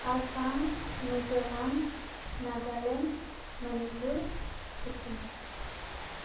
Assam Mizoram Nagaland Manipur Sikkim